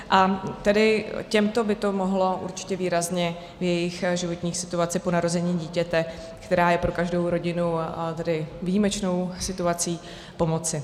A těmto by to mohlo určitě výrazně v jejich životní situaci po narození dítěte, která je pro každou rodinu výjimečnou situací, pomoci.